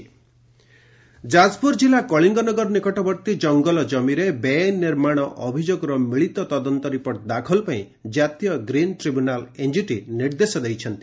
NGT ନିର୍ଦେଶ ଯାଜପୁର ଜିଲ୍ଲା କଳିଙ୍ଗନଗର ନିକଟବର୍ତ୍ତୀ ଜଙ୍ଗଲ ଜମିରେ ବେଆଇନ ନିର୍ମାଣ ଅଭିଯୋଗର ମିଳିତ ତଦନ୍ତ ରିପୋର୍ଟ ଦାଖଲ ପାଇଁ କାତୀୟ ଗ୍ରୀନ୍ ଟ୍ରିବ୍ୟୁନାଲ୍ ଏନ୍କିଟି ନିର୍ଦ୍ଦେଶ ଦେଇଛନ୍ତି